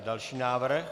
Další návrh?